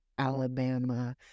Alabama